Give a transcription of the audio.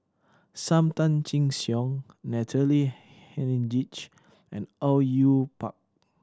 Sam Tan Chin Siong Natalie Hennedige and Au Yue Pak